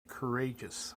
courageous